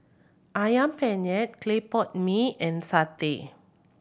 Ayam Penyet clay pot mee and satay